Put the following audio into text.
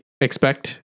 expect